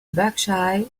berkshire